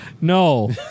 no